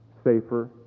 safer